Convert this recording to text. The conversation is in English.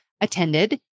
attended